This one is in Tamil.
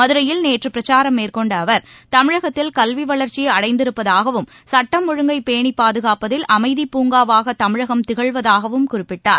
மதுரையில் நேற்றுபிரச்சாரம் மேற்கொண்டஅவர் தமிழகத்தில் கல்விவளர்ச்சிஅடைந்திருப்பதாகவும் சுட்டம் ஒழுங்கை பேணிபாதுகாப்பதில் அமைதிப்பூங்காவாகதமிழகம் திகழ்வதாகவும் குறிப்பிட்டார்